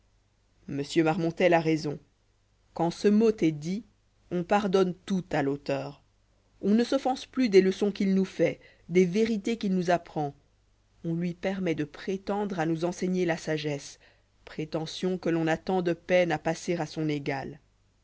m marmontel a raison quand ce mot est dit on pardonne tout à l'auteur on ne s'offense plus des leçons qu'il nous fait des vérités qu'il nous ta de la fable apprend on lui permet de prétendre à nous enseigner la sagesse prétention que l'on a tant de peine à passer à son égal